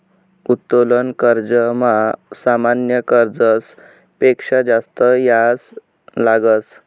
उत्तोलन कर्जमा सामान्य कर्जस पेक्शा जास्त याज लागस